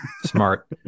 smart